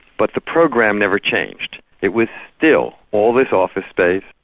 but the program never changed. it was still all this office space,